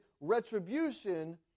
retribution